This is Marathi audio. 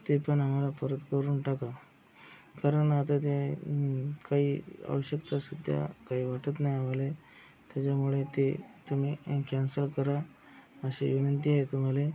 ते पण आम्हाला परत करून टाका कारण आता ते काही आवश्यकतासुद्धा काही वाटत नाही आम्हाला तेजामुळे ते तुम्ही कॅन्सल करा अशी विनंती आहे तुम्हाला